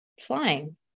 flying